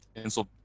and so